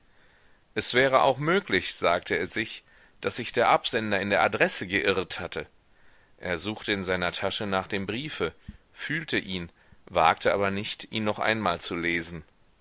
es wäre auch möglich sagte er sich daß sich der absender in der adresse geirrt hatte er suchte in seiner tasche nach dem briefe fühlte ihn wagte aber nicht ihn noch einmal zu lesen